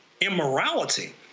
immorality